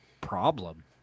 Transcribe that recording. problem